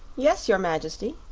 yes, your majesty,